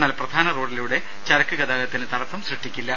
എന്നാൽ പ്രധാന റോഡിലൂടെയുള്ള ചരക്ക് ഗതാഗതത്തിന് തടസ്സം സൃഷ്ടിക്കില്ല